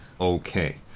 Okay